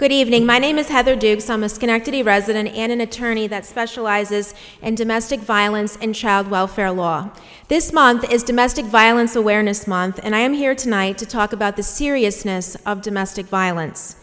good evening my name is heather digs i'm a schenectady resident and an attorney that specializes in domestic violence and child welfare law this month is domestic violence awareness month and i am here tonight to talk about the seriousness of domestic violence